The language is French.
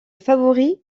favori